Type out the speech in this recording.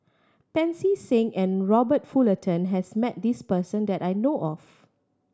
Pancy Seng and Robert Fullerton has met this person that I know of